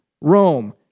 Rome